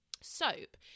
soap